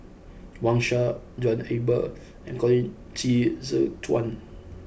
Wang Sha John Eber and Colin Qi Zhe Quan